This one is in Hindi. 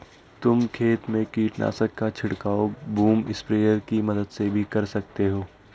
तुम खेत में कीटनाशक का छिड़काव बूम स्प्रेयर की मदद से भी कर सकते हो